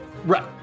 Right